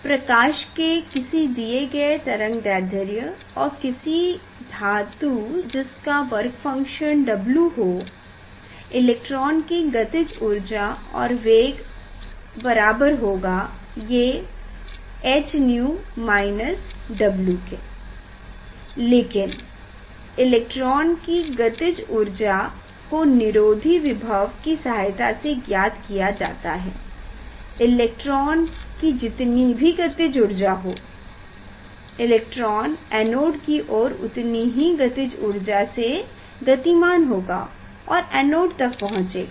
प्रकाश के किसी दिये गए तरंगदैध्र्य और किसी धातु जिसका वर्क फंक्शन W हो इलेक्ट्रॉन की गतिज ऊर्जा और वेग बराबर होगा ये h𝛎 W के लेकिन इलेक्ट्रॉन की गतिज ऊर्जा को निरोधी विभव की सहायता से ज्ञात किया जाता है इलेक्ट्रॉन की जीतने भी गतिज ऊर्जा हो इलेक्ट्रॉन एनोड की ओर उतनी ही गतिज ऊर्जा से गतिमान होगा और एनोड तक पहुँचेगा